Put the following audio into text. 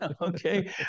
Okay